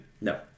No